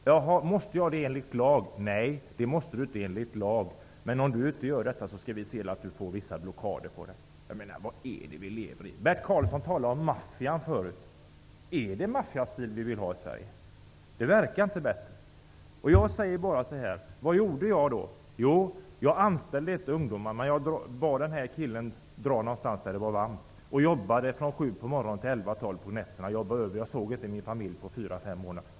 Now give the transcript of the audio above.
Måste jag det enligt lag? frågade jag. Nej, inte enligt lag, men annars skall vi se till att du drabbas av vissa blockader, blev svaret. Vad är det för samhälle vi lever i? Bert Karlsson talade om maffian förut. Är det maffiastil vi vill ha i Sverige? Det verkar inte bättre. Jag anställde inte ungdomarna utan bad killen från facket att dra någonstans där det var varmt. Sedan jobbade jag från sju på morgonen till elva, tolv på nätterna. Jag jobbade över och såg inte min familj på fyra, fem månader.